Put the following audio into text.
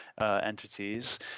entities